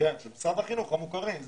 של משרד החינוך, המוכרות,